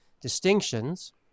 distinctions